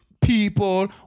people